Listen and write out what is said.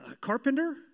carpenter